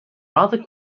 rather